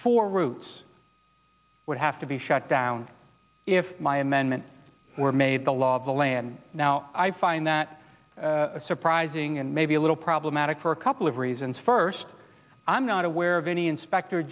for routes would have to be shut down if my amendment were made the law of the land now i find that surprising and maybe a little prob matic for a couple of reasons first i'm not aware of any inspector